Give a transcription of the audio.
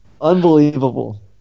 Unbelievable